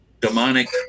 demonic